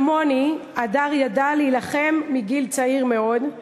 כמוני, הדר ידע להילחם מגיל צעיר מאוד,